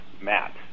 Matt